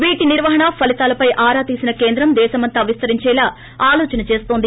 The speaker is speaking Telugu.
వీటి నిర్వహణ ఫలితాలపై ఆరా తీసిన కేంద్రం దేశమంతా విస్తరించేలా ఆలోచన చేస్తోంది